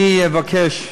אני מבקש,